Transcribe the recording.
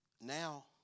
now